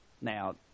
Now